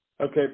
Okay